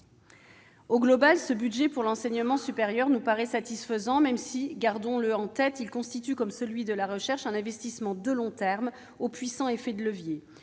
Au total, ce budget pour l'enseignement supérieur nous paraît satisfaisant, même si, gardons-le à l'esprit, il constitue, comme celui de la recherche, un investissement de long terme aux puissants effets de levier.